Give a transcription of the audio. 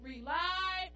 Rely